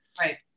Right